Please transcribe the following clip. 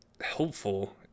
helpful